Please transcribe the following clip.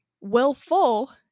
willful